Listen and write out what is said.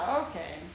okay